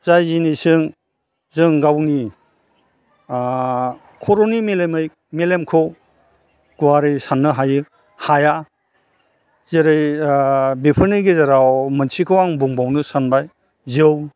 जाय जिनिसजों जों गावनि खर'नि मेलेमै मेलेमखौ गुवारै साननो हाया जेरै बेफोरनि गेजेराव मोनसेखौ बुंबावनो सानबाय जौ